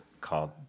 called